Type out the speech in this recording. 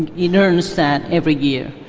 and it earns that every year,